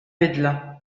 bidla